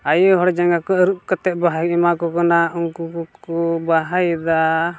ᱟᱭᱳ ᱦᱚᱲ ᱡᱟᱸᱜᱟ ᱠᱚ ᱟᱹᱨᱩᱵ ᱠᱟᱛᱮᱫ ᱵᱟᱦᱟᱭ ᱮᱢᱟ ᱠᱚ ᱠᱟᱱᱟ ᱩᱱᱠᱩ ᱠᱚᱠᱚ ᱵᱟᱦᱟᱭᱮᱫᱟ